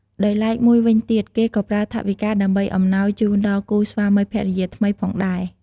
ដោយឡែកមួយវិញទៀត គេក៏ប្រើថវិកា ដើម្បីអំណោយជូនដល់គូស្វាមីភរិយាថ្មីផងដែរ។